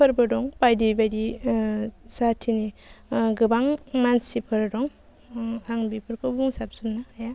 फोरबो दं बायदि बायदि जाथिनि गोबां मानसिफोर दं आं बेफोरखौ बुंस्लाब जोबनो हाया